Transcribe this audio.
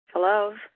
Hello